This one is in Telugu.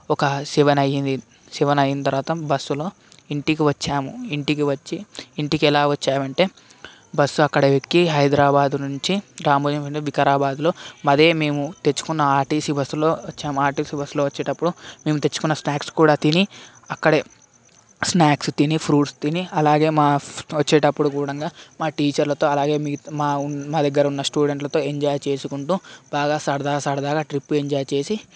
ఒక సెవెన్ అయ్యింది సెవెన్ అయిన తర్వాత బస్సులో ఇంటికి వచ్చాము ఇంటికి వచ్చి ఇంటికి ఎలా వచ్చామంటే బస్సు అక్కడ ఎక్కి హైదరాబాద్ నుంచి రామోజీ ఫిలిం వికారాబాద్లో అదే మేము తెచ్చుకున్న ఆర్టీసీ బస్సులో వచ్చాం ఆర్టీసీ బస్సులో వచ్చేటప్పుడు మేము తెచ్చుకున్న స్నాక్స్ కూడా తిని అక్కడ స్నాక్స్ తిని ఫ్రూట్స్ తిని అలాగే మా వచ్చేటప్పుడు కూడంగా మా టీచర్లతో అలాగే మిగ మా దగ్గర ఉన్న స్టూడెంట్లతో ఎంజాయ్ చేసుకుంటు బాగా సరదా సరదాగా ట్రిప్ ఎంజాయ్ చేసి